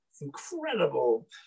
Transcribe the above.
incredible